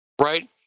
right